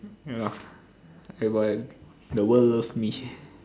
ya lah